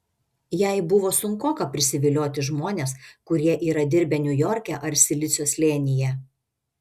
jai buvo sunkoka prisivilioti žmones kurie yra dirbę niujorke ar silicio slėnyje